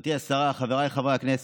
גברתי השרה, חבריי חברי הכנסת,